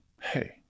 hey